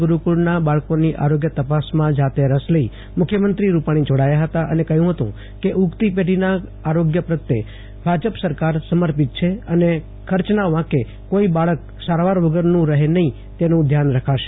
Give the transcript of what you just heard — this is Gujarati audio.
ગુરુકુળ ના બાળકો ની આરોગ્ય તપાસ માં જાતે રસ લઈ મુખ્યમંત્રી રૂપાણી જોડાયા હતા અને કહ્યું હતું કે ઊગતી પેઢી નાઆરોગ્ય પ્રત્યે ભાજપ સરકાર સમર્પિત છે અને ખર્ચ ના વાંકે કોઈ બાલક સારવાર વગર નું રહેનહીં તેનું ધ્યાન રખાશે